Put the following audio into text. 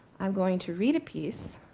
i'm going to read a piece.